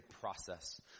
process